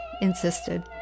insisted